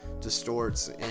distorts